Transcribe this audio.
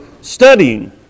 studying